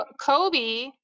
Kobe